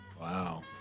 Wow